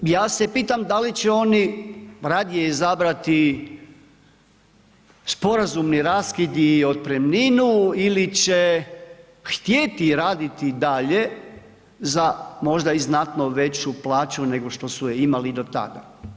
Ja se pitam da li će oni radije izabrati sporazumni raskid i otpremninu ili će htjeti raditi i dalje za možda i znatno veći plaću nego što su je imali do tada.